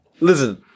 Listen